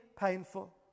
painful